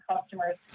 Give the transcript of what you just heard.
customers